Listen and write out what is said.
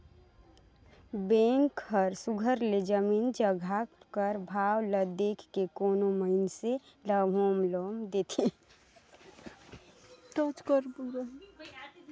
bank हर सुग्घर ले जमीन जगहा कर भाव ल देख के कोनो मइनसे ल होम लोन देथे